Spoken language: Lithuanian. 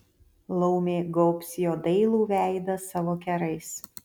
laumė gaubs jo dailų veidą savo kerais